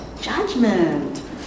Judgment